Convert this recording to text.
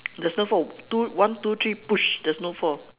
there's no four two one two three push there's no four